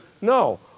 No